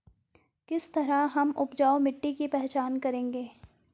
किस तरह हम उपजाऊ मिट्टी की पहचान करेंगे?